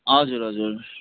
हजुर हजुर हजुर